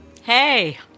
Hey